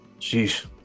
Jeez